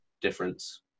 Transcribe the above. difference